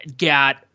got